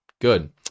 Good